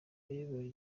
yayoboye